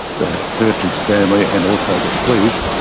the territory families and also the police,